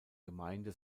gemeinde